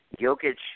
Jokic